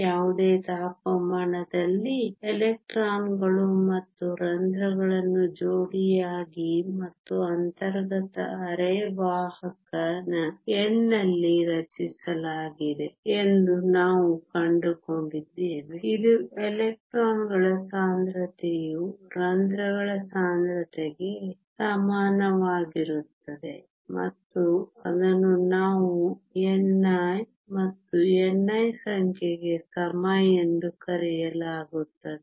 ಯಾವುದೇ ತಾಪಮಾನದಲ್ಲಿ ಎಲೆಕ್ಟ್ರಾನ್ಗಳು ಮತ್ತು ರಂಧ್ರಗಳನ್ನು ಜೋಡಿಯಾಗಿ ಮತ್ತು ಅಂತರ್ಗತ ಅರೆವಾಹಕ n ನಲ್ಲಿ ರಚಿಸಲಾಗಿದೆ ಎಂದು ನಾವು ಕಂಡುಕೊಂಡಿದ್ದೇವೆ ಇದು ಎಲೆಕ್ಟ್ರಾನ್ಗಳ ಸಾಂದ್ರತೆಯು ರಂಧ್ರಗಳ ಸಾಂದ್ರತೆಗೆ ಸಮಾನವಾಗಿರುತ್ತದೆ ಮತ್ತು ಅದನ್ನು ಆಂತರಿಕ ವೃತ್ತಿಯ ಏಕಾಗ್ರತೆ ನಾವು ni ಮತ್ತು ni ಸಂಖ್ಯೆಗೆ ಸಮ ಎಂದು ಕರೆಯಲಾಗುತ್ತದೆ